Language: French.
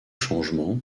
changements